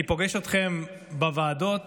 אני פוגש אתכם בוועדות,